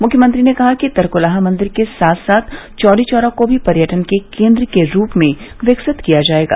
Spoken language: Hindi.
मुख्यमंत्री ने कहा कि तरकुलहा मंदिर के साथ साथ चैरीचैरा को भी पर्यटन के केन्द्र के रूप में विकसित किया जायेगा